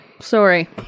Sorry